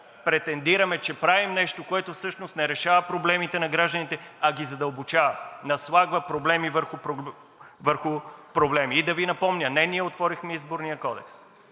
претендираме, че правим нещо, което всъщност не решава проблемите на гражданите, а ги задълбочава – наслагва проблеми върху проблеми. Да Ви напомня – не ние отворихме Изборния кодекс.